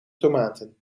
tomaten